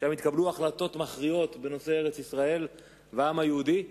שם התקבלו החלטות מכריעות בנושא ארץ-ישראל והעם היהודי,